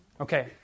Okay